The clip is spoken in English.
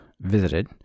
Visited